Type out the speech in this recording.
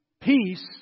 peace